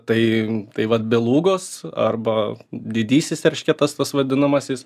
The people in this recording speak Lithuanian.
tai vat belugos arba didysis eršketas tas vadinamasis